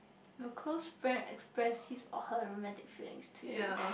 if a close friend express his or her romantic feelings to you